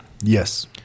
Yes